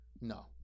No